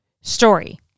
story